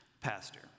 Pastor